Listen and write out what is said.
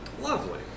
Lovely